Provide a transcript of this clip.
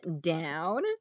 down